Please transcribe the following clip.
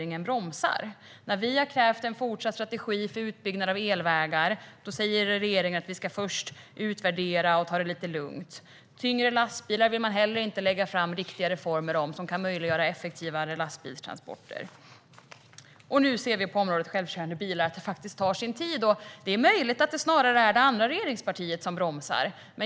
När vi har krävt en fortsatt strategi för utbyggnad av elvägar har regeringen sagt att vi först ska utvärdera och ta det lugnt. Man vill heller inte lägga fram riktiga reformer för tyngre lastbilar vilka skulle möjliggöra effektivare lastbilstransporter. Nu ser vi att det även tar sin tid på området självkörande bilar. Det är möjligt att det är det andra regeringspartiet som bromsar.